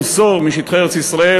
למסור משטחי ארץ-ישראל,